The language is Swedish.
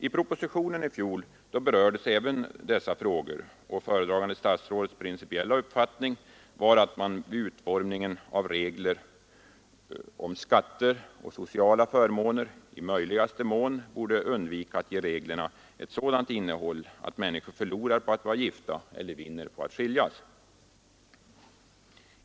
I fjolårets proposition berördes även dessa frågor, och föredragande statsrådets principiella uppfattning var att man vid utformning av regler om skatter och sociala förmåner i möjligaste mån borde undvika att ge reglerna ett sådant innehåll att människor förlorar på att vara gifta eller vinner på att skiljas.